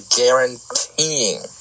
guaranteeing